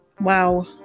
wow